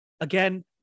again